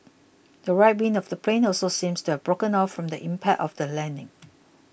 the right wing of the plane also seemed to have broken off from the impact of the landing